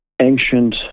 ancient